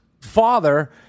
father